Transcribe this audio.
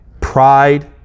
pride